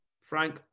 frank